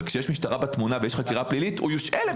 אבל כשיש משטרה בתמונה ויש חקירה פלילית הוא יושעה.